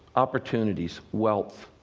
opportunities, wealth,